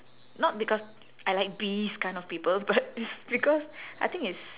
not because I like beast kind of people but it's because I think it's